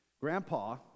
grandpa